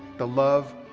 the love,